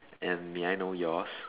and may I know yours